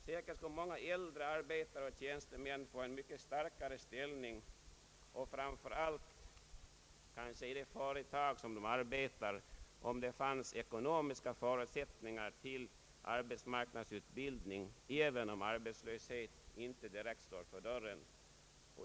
Säkert skulle många äldre arbetare och tjänstemän få en mycket starkare ställning kanske framför allt i det företag de arbetar om det fanns ekonomiska förutsättningar för arbetsmarknadsutbildning även om arbetslöshet inte direkt står för dörren.